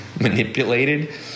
manipulated